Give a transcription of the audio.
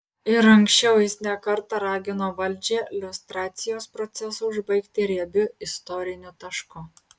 ir anksčiau jis ne kartą ragino valdžią liustracijos procesą užbaigti riebiu istoriniu tašku